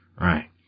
right